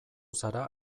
zara